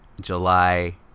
July